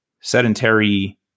sedentary